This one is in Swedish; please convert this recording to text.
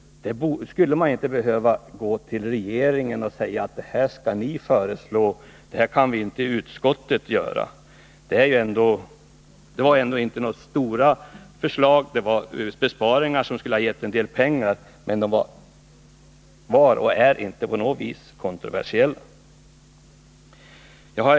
Man hade inte behövt gå tillregeringen och säga att det här skall ni föreslå, det kan inte utskottet göra. Det gällde ändå inte några stora saker. Det avsåg besparingar som skulle ha gett en del pengar, men de var och är inte på något sätt kontroversiella.